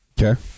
Okay